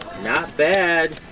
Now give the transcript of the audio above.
not bad.